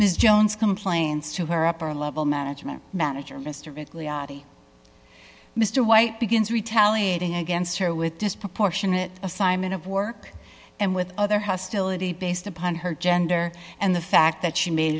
ms jones complains to her upper level management manager mr bigley adi mr white begins retaliating against her with disproportionate assignment of work and with other hostility based upon her gender and the fact that she made